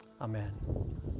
Amen